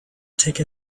take